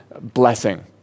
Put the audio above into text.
blessing